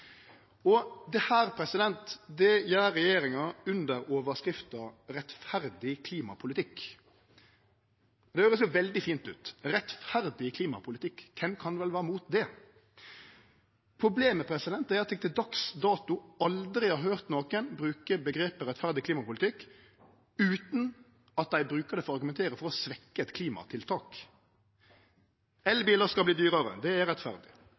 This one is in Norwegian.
Og dette gjer regjeringa under overskrifta «En rettferdig klimapolitikk». Det høyrest jo veldig fint ut – rettferdig klimapolitikk. Kven kan vel vere mot det? Problemet er at eg til dags dato aldri har høyrt nokon bruke omgrepet «rettferdig klimapolitikk» utan at dei brukar det for argumentere for å svekkje eit klimatiltak. Elbilar skal verte dyrare. Det er rettferdig.